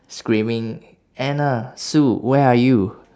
screaming anna sue where are you